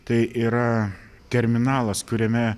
tai yra terminalas kuriame